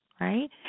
right